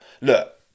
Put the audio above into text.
look